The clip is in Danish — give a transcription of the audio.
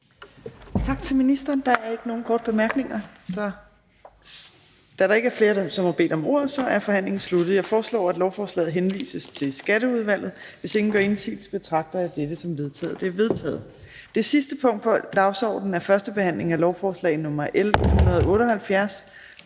Tak til ministeren. Der er ikke nogen korte bemærkninger. Da der ikke er flere, som har bedt om ordet, er forhandlingen sluttet. Jeg foreslår, at lovforslaget henvises til Skatteudvalget. Hvis ingen gør indsigelse, betragter jeg dette som vedtaget. Det er vedtaget. --- Det sidste punkt på dagsordenen er: 9) 1. behandling af lovforslag nr. L 178: